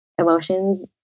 Emotions